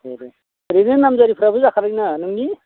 दे दे ओरैनो नामजारिफ्राबो जाखानाय ना नोंनि